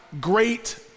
great